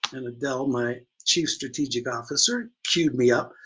and adele my chief strategic officer cued me up,